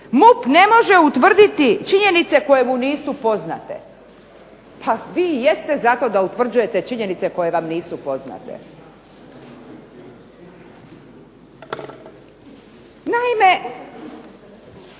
"MUP ne može utvrditi činjenice koje mu nisu poznate." Pa vi i jeste zato da utvrđujete činjenice koje vam nisu poznate. Naime,